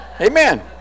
Amen